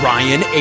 Ryan